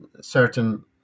certain